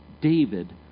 David